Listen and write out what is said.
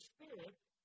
Spirit